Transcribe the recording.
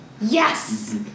Yes